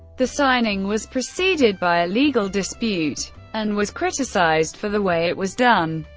the signing was preceded by a legal dispute and was criticized for the way it was done.